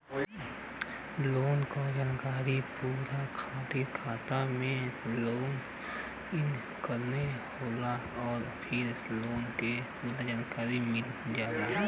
loan क जानकारी पावे खातिर खाता में लॉग इन करना होला आउर फिर लोन क पूरा जानकारी मिल जाला